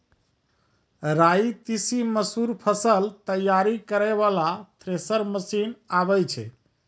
राई तीसी मसूर फसल तैयारी करै वाला थेसर मसीन आबै छै?